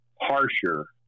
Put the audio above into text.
harsher